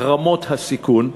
רמות הסיכון,